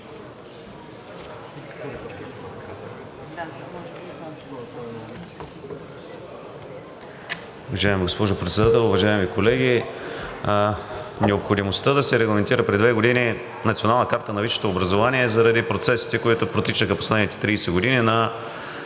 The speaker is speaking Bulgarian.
Уважаема госпожо Председател, уважаеми колеги! Необходимостта да се регламентира преди две години Националната карта на висшето образование е, че заради процесите, които протичаха последните 30 години, на